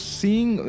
seeing